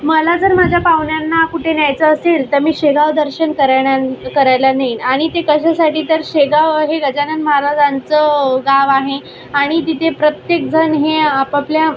मला जर माझ्या पाहुण्यांना कुठे न्यायचं असेल तर मी शेगाव दर्शन करण्यां करायला नेईन आणि ते कशासाठी तर शेगाव हे गजानन महाराजांचं गाव आहे आणि तिथे प्रत्येकजण हे आपापल्या